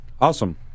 awesome